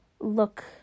look